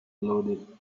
loaded